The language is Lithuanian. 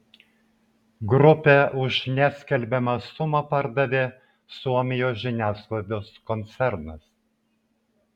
grupę už neskelbiamą sumą pardavė suomijos žiniasklaidos koncernas